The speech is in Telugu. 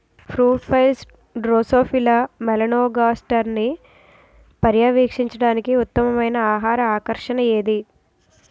ఫ్రూట్ ఫ్లైస్ డ్రోసోఫిలా మెలనోగాస్టర్ని పర్యవేక్షించడానికి ఉత్తమమైన ఆహార ఆకర్షణ ఏది?